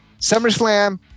SummerSlam